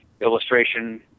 illustration